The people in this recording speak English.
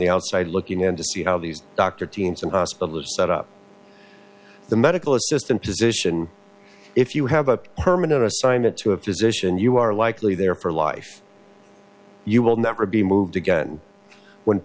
the outside looking in to see how these doctor teams and hospitals set up the medical assistant position if you have a permanent assignment to have physicians you are likely there for life you will never be moved again when